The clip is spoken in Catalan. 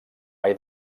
mai